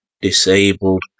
disabled